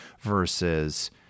versus